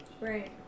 Right